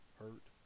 hurt